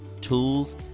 tools